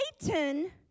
Satan